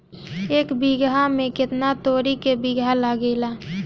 एक बिगहा में केतना तोरी के बिया लागेला?